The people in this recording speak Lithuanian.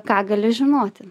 ką gali žinoti